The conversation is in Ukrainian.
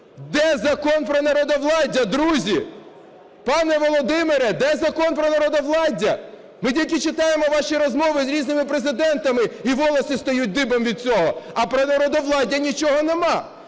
Де закон про народовладдя, друзі?! Пане Володимире, де закон про народовладдя? Ми тільки читаємо ваші розмови з різними президентами і волосы встають дыбом від цього, а про народовладдя нічого нема.